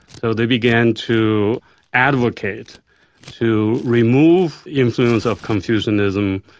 so they began to advocate to remove influence of confucianism,